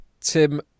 Tim